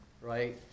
right